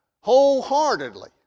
wholeheartedly